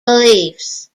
beliefs